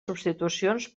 substitucions